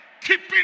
keeping